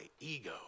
ego